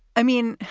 i mean,